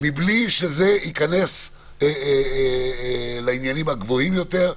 מבלי שזה ייכנס לעניינים הגבוהים יותר,